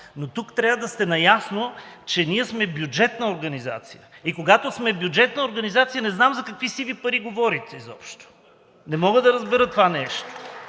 Но тук трябва да сте наясно, че ние сме бюджетна организация, а когато сме бюджетна организация, не знам за какви сиви пари говорите изобщо?! Не мога да разбера това нещо!